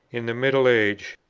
in the middle age,